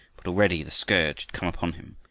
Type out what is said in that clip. but already the scourge had come upon him,